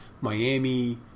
Miami